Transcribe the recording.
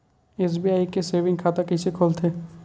SBI के saving खाता कइसे खोलथे?